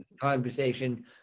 conversation